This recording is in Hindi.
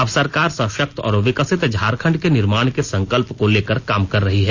अब सरकार सशक्त और विकसित झारखंड के निर्माण के संकल्प को लेकर काम कर रही हैं